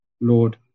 Lord